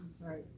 Right